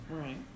right